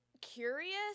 curious